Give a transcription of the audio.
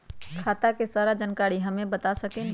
खाता के सारा जानकारी हमे बता सकेनी?